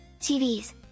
TVs